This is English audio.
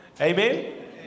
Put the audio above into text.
Amen